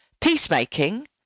peacemaking